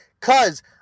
Cause